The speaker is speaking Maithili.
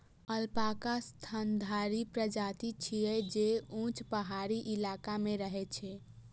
अल्पाका स्तनधारी प्रजाति छियै, जे ऊंच पहाड़ी इलाका मे रहै छै